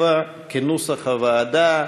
7, כנוסח הוועדה: